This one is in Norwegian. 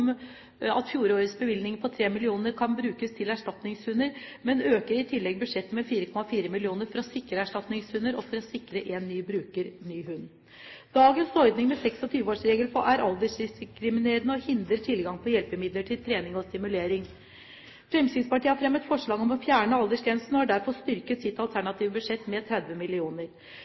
at fjorårets bevilgning på 3 mill. kr kan brukes til erstatningshunder, men øker i tillegg budsjettet med 4,4 mill. kr for å sikre erstatningshunder, og for å sikre en ny bruker ny hund. Dagens ordning med 26-årsregelen er aldersdiskriminerende og hindrer mange tilgang på hjelpemidler til trening og stimulering. Fremskrittspartiet har fremmet forslag om å fjerne aldersgrensen og har derfor styrket sitt alternative budsjett med 30